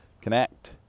connect